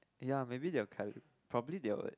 ya maybe they will probably they will